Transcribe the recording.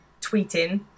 tweeting